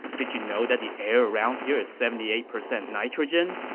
did you know that the air around here is seventy eight percent nitrogen?